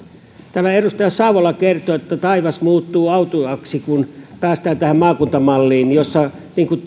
täällä edustaja savola kertoi että taivas muuttuu autuaaksi kun päästään tähän maakuntamalliin jossa